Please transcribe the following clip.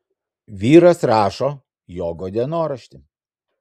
vyras rašo jogo dienoraštį